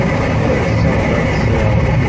okay so, let's. so